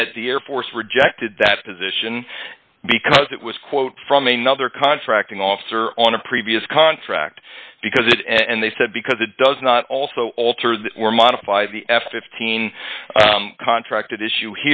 that the air force rejected that position because it was quote from a nother contracting officer on a previous contract because it and they said because it does not also altered or modify the f fifteen contracted issue